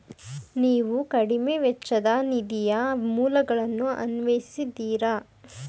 ನೀವು ಕಡಿಮೆ ವೆಚ್ಚದ ನಿಧಿಯ ಮೂಲಗಳನ್ನು ಅನ್ವೇಷಿಸಿದ್ದೀರಾ?